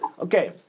Okay